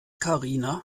karina